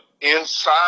inside